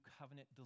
covenant